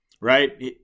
right